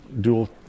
dual